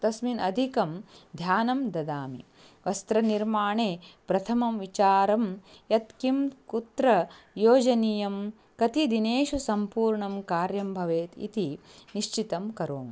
तस्मिन् अधिकं ध्यानं ददामि वस्त्रनिर्माणे प्रथमं विचारं यत्किं कुत्र योजनीयं कति दिनेषु सम्पूर्णं कार्यं भवेत् इति निश्चितं करोमि